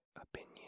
opinion